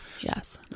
yes